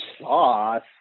sauce